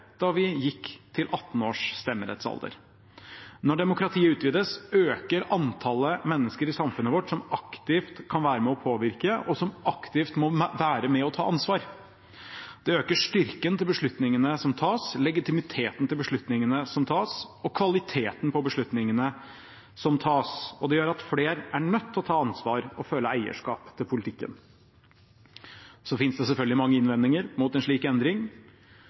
da vi gikk til 18 års stemmerettsalder. Når demokratiet utvides, øker antallet mennesker i samfunnet vårt som aktivt kan være med og påvirke, og som aktivt må være med og ta ansvar. Det øker styrken til beslutningene som tas, legitimiteten til beslutningene som tas, og kvaliteten på beslutningene som tas, og det gjør at flere er nødt til å ta ansvar og føle eierskap til politikken. Så finnes det selvfølgelig mange innvendinger mot en slik endring.